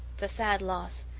it's a sad loss.